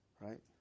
right